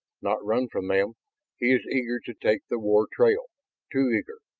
not run from them, he is eager to take the war trail too eager.